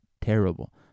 terrible